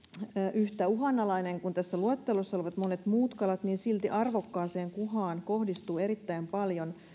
yhtä uhanalainen kuin tässä luettelossa olevat monet muut kalat niin silti arvokkaaseen kuhaan kohdistuu erittäin paljon